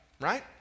right